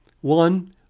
One